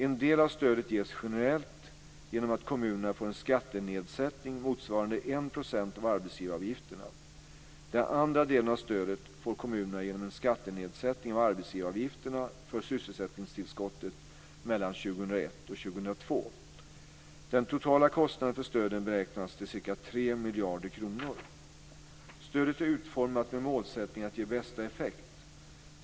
En del av stödet ges generellt, genom att kommunerna får en skattenedsättning motsvarande 1 % av arbetsgivaravgifterna. Den andra delen av stödet får kommunerna genom en skattenedsättning av arbetsgivaravgifterna för sysselsättningstillskottet mellan 2001 Den totala kostnaden för stöden beräknas till ca 3 Stödet är utformat med målsättning att ge bästa effekt.